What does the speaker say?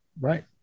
Right